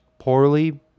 poorly